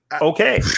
Okay